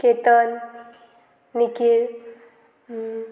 Ketan Nikhil